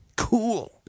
Cool